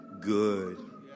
good